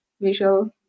visual